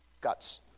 Guts